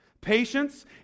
Patience